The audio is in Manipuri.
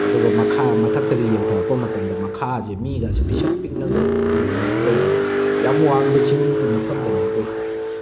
ꯑꯗꯨꯒ ꯃꯈꯥ ꯃꯊꯛꯇꯒꯤ ꯌꯦꯡꯊꯔꯛꯄ ꯃꯇꯝꯗ ꯃꯈꯥꯁꯦ ꯃꯤꯒꯁꯦ ꯄꯤꯁꯛ ꯄꯤꯛꯅꯒ ꯎꯕ ꯇꯧꯕꯗꯣ ꯌꯥꯝ ꯋꯥꯡꯕ ꯆꯤꯡꯒꯤ ꯃꯐꯝꯗꯅꯦ ꯑꯩꯈꯣꯏ